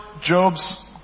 Job's